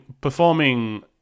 performing